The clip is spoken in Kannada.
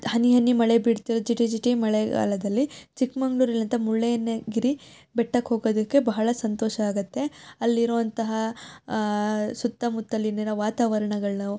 ಹನಿ ಹನಿ ಮಳೆ ಬೀಳ್ತಿರೊ ಜಿಟಿ ಜಿಟಿ ಮಳೆಗಾಲದಲ್ಲಿ ಚಿಕ್ಕಮಂಗ್ಳೂರಿಲಂಥ ಮುಳ್ಳಯ್ಯನ ಗಿರಿ ಬೆಟ್ಟಕ್ಕೆ ಹೋಗೋದಕ್ಕೆ ಬಹಳ ಸಂತೋಷ ಆಗುತ್ತೆ ಅಲ್ಲಿರೊವಂತಹ ಸುತ್ತಮುತ್ತಲಿಂದಿನ ವಾತಾವರ್ಣಗಳನ್ನು